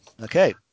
Okay